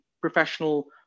professional